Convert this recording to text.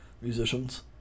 musicians